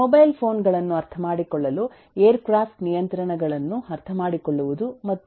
mobile phone ಗಳನ್ನು ಅರ್ಥಮಾಡಿಕೊಳ್ಳಲು aircraft ನಿಯಂತ್ರಣಗಳನ್ನು ಅರ್ಥಮಾಡಿಕೊಳ್ಳುವುದು ಮತ್ತು ಹೀಗೆ